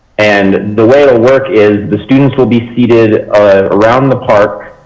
and the way it will work is the students will be seated around the park.